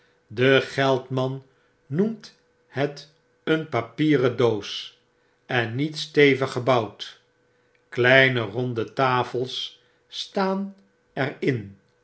de geldman noemt het een papieren doos en niet stevig gebouwd kleine ronde tafels staan er